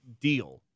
deal